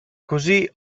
così